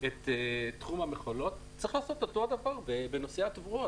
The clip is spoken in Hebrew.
את תחום המכולות את אותו הדבר צריך לעשות בנושא התבואות.